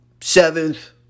seventh